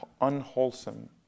unwholesome